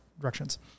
directions